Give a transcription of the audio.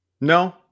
No